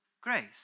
grace